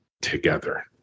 together